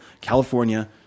California